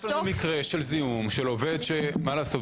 יש לנו מקרה של זיהום של עובד שמה לעשות?